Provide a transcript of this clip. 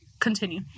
continue